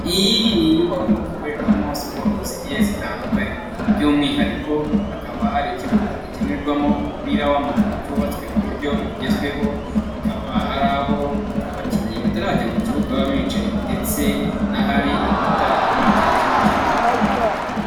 Iyi ni inyubako ikorerwamo siporo zigiye zitandukanye, by'umwihariko hakaba hari ikibuga gikinirwamo umupira w'amaguru cyubatswe mu buryo bugezweho, hakaba hari aho abakinnyi batarajya mu kibuga baba bicaye ndetse n'ahari amatara amurikira kino kibuga.